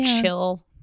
chill